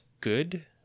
good